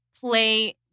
play